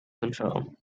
control